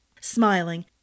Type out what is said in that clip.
smiling